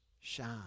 shine